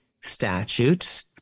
statutes